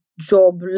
job